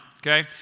Okay